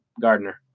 Gardner